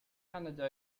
canada